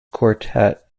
quartet